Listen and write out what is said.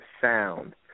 sound